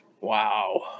Wow